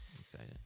Excited